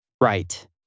right